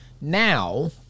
now